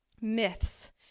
myths